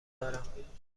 دارم